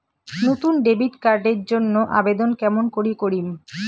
নতুন debit card এর জন্যে আবেদন কেমন করি করিম?